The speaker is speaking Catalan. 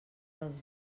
dels